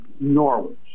Norwich